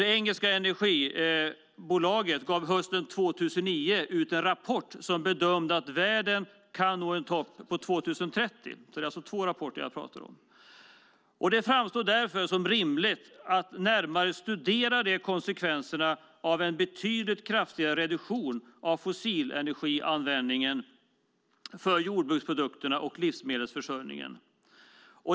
Det engelska energibolaget gav hösten 2009 ut en rapport som bedömde att världen kan nå en topp 2030. Jag talar alltså om två rapporter. Det framstår därför som rimligt att närmare studera konsekvenserna av en betydligt kraftigare reduktion av fossilenergianvändningen för jordbruksprodukterna och livsmedelsförsörjningen.